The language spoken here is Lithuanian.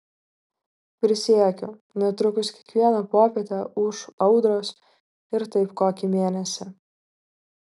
prisiekiu netrukus kiekvieną popietę ūš audros ir taip kokį mėnesį